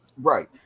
right